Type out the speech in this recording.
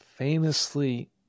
Famously